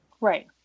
right